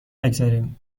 بگذاریم